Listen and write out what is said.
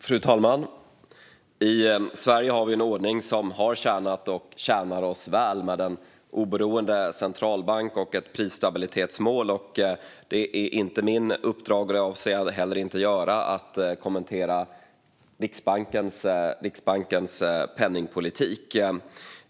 Fru talman! I Sverige har vi en ordning som har tjänat och tjänar oss väl, med en oberoende centralbank och ett prisstabilitetsmål. Det är inte mitt uppdrag att kommentera Riksbankens penningpolitik, och jag avser heller inte att göra det.